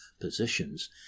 positions